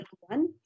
one